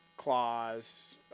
Claws